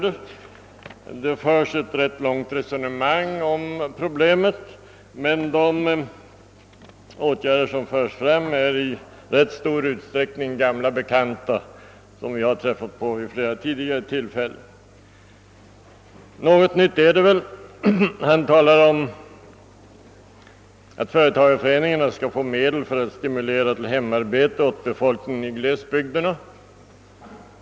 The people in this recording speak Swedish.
Där förs ett ganska långt resonemang, men de åtgärder som hålls fram är i rätt stor utsträckning gamla bekanta, som vi har träffat på vid flera tidigare tillfällen. Något nytt finns där dock. Inrikesministern påpekar att företagarföreningarna skall få medel för att stimulera till hemarbete åt befolkningen i glesbygderna.